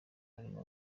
harimo